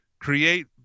create